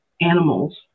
animals